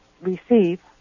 receive